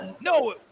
no